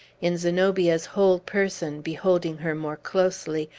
in zenobia's whole person, beholding her more closely,